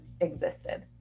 existed